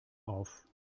auf